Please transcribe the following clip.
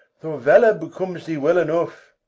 though valour becomes thee well enough.